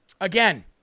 Again